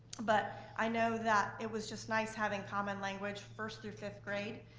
but i know that it was just nice having common language first through fifth grade,